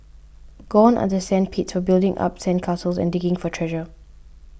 gone are the sand pits of building up sand castles and digging for treasure